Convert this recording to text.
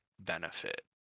benefit